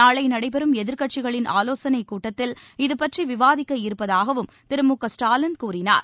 நாளைநடைபெறும் எதிர்க்கட்சிகளின் ஆலோசனைக் கூட்டத்தில் இதுபற்றிவிவாதிக்க இருப்பதாகவும் திரு மு க ஸ்டாலின் கூறினார்